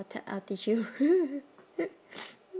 I'll t~ I'll teach you